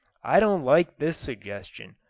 i don't like this suggestion,